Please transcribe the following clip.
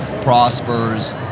prospers